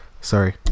Sorry